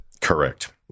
Correct